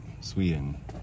sweden